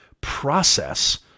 process